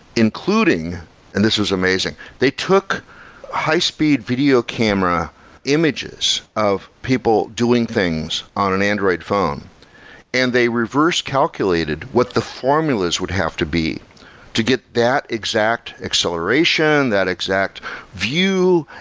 including and this is amazing. they took high-speed video camera images of people doing things on an android phone and they reversed calculated what the formulas would have to be to get that exact acceleration, that exact view,